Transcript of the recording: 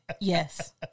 Yes